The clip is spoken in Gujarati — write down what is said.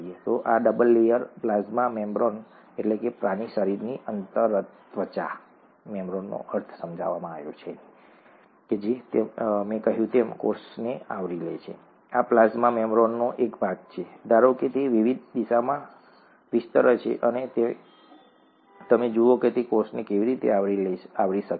તો આ ડબલ લેયર પ્લાઝ્મા મેમ્બ્રેનપ્રાણીશરીરની અંતરત્વચા છે જેમ મેં કહ્યું તે કોષને આવરી લે છે આ પ્લાઝ્મા મેમ્બ્રેનનો એક ભાગ છે ધારો કે તે વિવિધ દિશામાં વિસ્તરે છે અને તમે જુઓ કે તે કોષને કેવી રીતે આવરી શકે છે